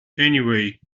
anyway